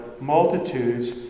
multitudes